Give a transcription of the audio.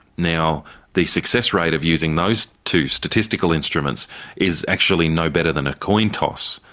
now the success rate of using those two statistical instruments is actually no better than a coin toss,